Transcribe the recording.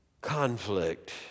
conflict